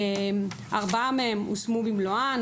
ארבע מהן יושמו במלואן.